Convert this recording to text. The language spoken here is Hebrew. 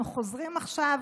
אנחנו חוזרים עכשיו,